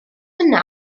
hynna